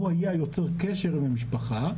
הוא היה יוצר קשר עם המשפחה.